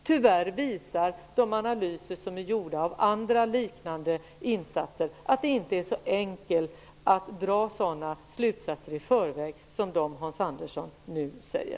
Tyvärr visar de analyser som har gjorts av andra liknande insatser att det inte är så enkelt att dra sådana slutsatser i förväg som Hans Andersson gör.